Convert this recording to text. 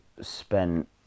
spent